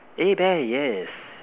a bear yes